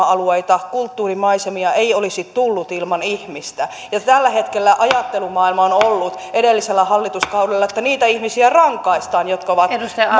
alueita kulttuurimaisemia ei olisi tullut ilman ihmistä tällä hetkellä ajattelumaailma on ollut edellisellä hallituskaudella että niitä ihmisiä rangaistaan jotka ovat